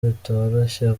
bitoroshye